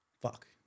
fuck